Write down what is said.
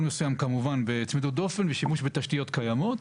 מסוים כמובן בצמידות דופן ובשימוש בתשתיות קיימות,